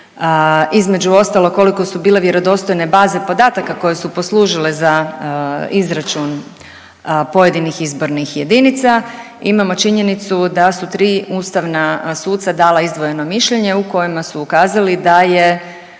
između ostalog, koliko su bile vjerodostojne baze podataka koje su poslužile za izračun pojedinih izbornih jedinica. Imamo činjenicu da su tri ustavna suca dala izdvojeno mišljenje u kojima su ukazali da je